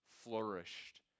flourished